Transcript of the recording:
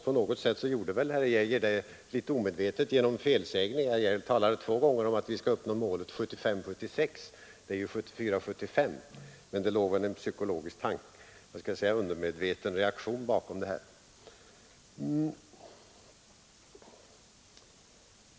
På något sätt gjorde väl herr Geijer detta litet omedvetet genom felsägningar; två gånger talade han om att vi skall uppnå målet 1975 75, men det låg kanske en undermedveten reaktion bakom hans felsägning.